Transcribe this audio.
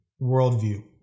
worldview